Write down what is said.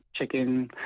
chicken